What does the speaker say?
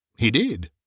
he did.